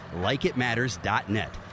LikeItMatters.net